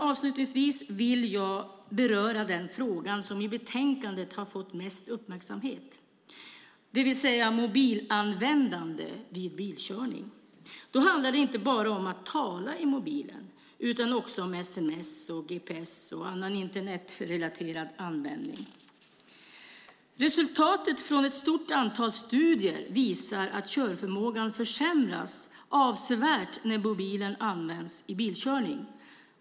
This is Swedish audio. Avslutningsvis vill jag beröra den fråga som i betänkandet har fått mest uppmärksamhet, det vill säga mobilanvändande vid bilkörning. Då handlar det inte bara om att tala i mobilen utan också om sms, gps och annan Internetrelaterad användning. Resultatet från ett stort antal studier visar att körförmågan försämras avsevärt när mobilen används i bilkörning.